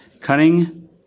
cunning